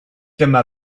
dyma